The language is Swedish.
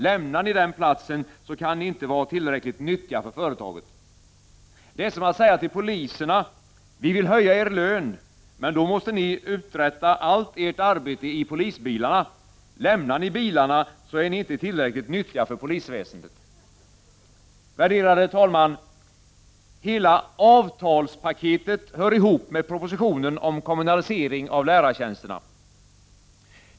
Lämnar ni den platsen, så kan ni inte vara tillräckligt nyttiga för företaget. Det är som att säga till poliserna: Vi vill höja er lön, men då måste ni uträtta allt ert arbete i polisbilarna. Lämnar ni bilarna, så är ni inte tillräckligt nyttiga för polisväsendet. Värderade talman! Hela ”avtalspaketet” hör ihop med propositionen om kommunalisering av lärartjänsterna.